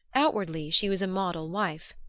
outwardly she was a model wife.